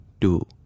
two